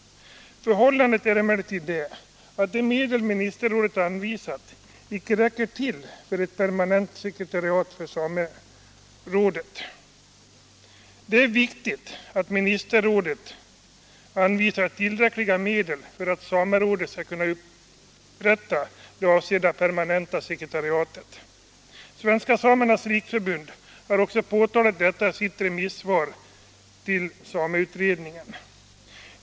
Förhållandet är emellertid det att de medel ministerrådet anvisat icke räcker till för ett permanent sekretariat för samerådet. Det är viktigt att ministerrådet anvisar tillräckliga medel för att samerådet skall kunna upprätta det avsedda permanenta sekretariatet. Svenska samernas riksförbund har också påtalat detta i sitt remissvar till sameutredningen.